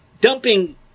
Dumping